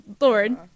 Lord